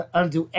undo